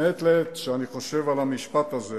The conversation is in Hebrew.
מעת לעת כשאני חושב על המשפט הזה,